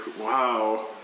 wow